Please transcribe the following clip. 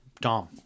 dom